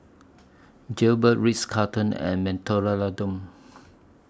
Jaybird Ritz Carlton and Mentholatum